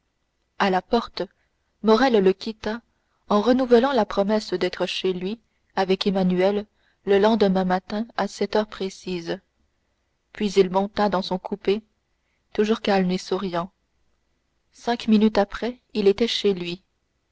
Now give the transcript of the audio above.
à la porte morrel le quitta en renouvelant la promesse d'être chez lui avec emmanuel le lendemain matin à sept heures précises puis il monta dans son coupé toujours calme et souriant cinq minutes après il était chez lui